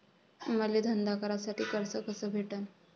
मले धंदा करासाठी कर्ज कस भेटन?